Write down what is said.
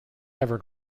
ever